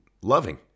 loving